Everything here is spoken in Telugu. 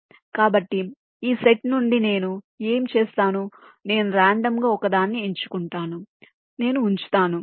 కాబట్టి ఈ సెట్ నుండి నేను ఏమి చేస్తాను నేను రాండమ్ గా ఒకదాన్ని ఎంచుకుంటాను నేను ఉంచుతాను